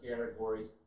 categories